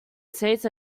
states